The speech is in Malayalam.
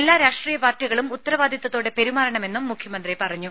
എല്ലാ രാഷ്ട്രീയ പാർട്ടികളും ഉത്തരവാദിത്തതോടെ പെരുമാറണമെന്നും മുഖ്യമന്ത്രി പറഞ്ഞു